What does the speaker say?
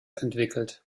entwickelt